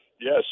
yes